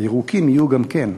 הירוקים יהיו גם כן מקצועיים,